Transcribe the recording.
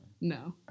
No